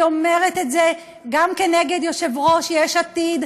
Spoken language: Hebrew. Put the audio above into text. אני אומרת את זה גם כנגד יושב-ראש יש עתיד,